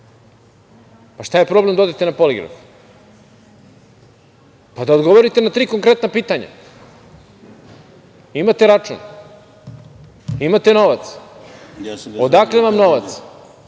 pa šta je problem da odete na poligrafi da odgovorite na tri konkretna pitanja? Imate račun? Imate novac? Odakle vam